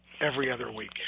every-other-week